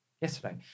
yesterday